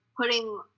putting